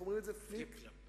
חבר הכנסת זאב בילסקי, בבקשה.